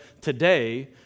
today